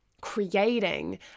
creating